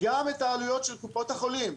גם את העלויות של קופות החולים,